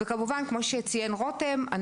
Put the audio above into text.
וכמו שציין רותם,